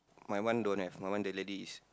my one don't have my one the lady is